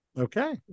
Okay